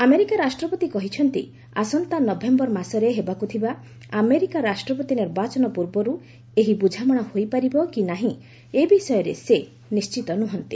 America ରାଷ୍ଟ୍ରପତି କହିଛନ୍ତି ଆସନ୍ତା ନଭେମ୍ବର ମାସରେ ହେବାକୁଥିବା ଆମେରିକା ରାଷ୍ଟ୍ରପତି ନିର୍ବାଚନ ପୂର୍ବରୁ ଏହି ବୁଝାମଣା ହୋଇପାରିବ କି ନାହିଁ ଏ ବିଷୟରେ ସେ ନିଶ୍ଚିତ ନୁହନ୍ତି